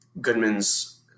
Goodman's